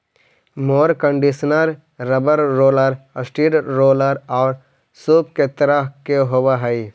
mower conditioner rubber roller, steel roller औउर सूप के तरह के होवऽ हई